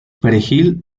perejil